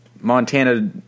Montana